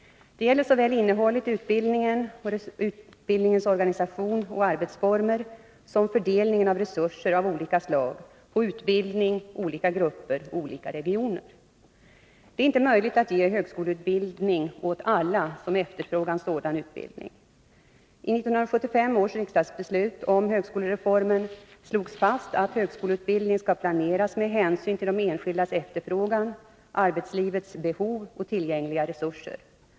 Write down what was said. Det gäller såväl innehållet i utbildningen och utbildningens organisation och arbetsformer som fördelningen av resurser av olika slag på utbildning, olika grupper och olika regioner. Det är inte möjligt att ge högskoleutbildning åt alla som efterfrågar sådan utbildning. I 1975 års riksdagsbeslut om högskolereformen slogs fast att högskoleutbildningen skall planeras med hänsyn till de enskildas efterfrågan, arbetslivets behov och tillgängliga resurser.